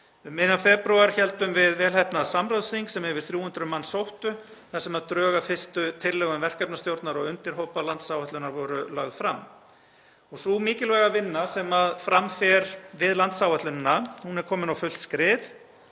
miðjan febrúar héldum við vel heppnað samráðsþing sem yfir 300 manns sóttu þar sem drög að fyrstu tillögum verkefnisstjórnar og undirhópa landsáætlunar voru lögð fram. Sú mikilvæga vinna sem fram fer við landsáætlunina er komin á fullt skrið